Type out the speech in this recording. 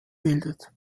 bildet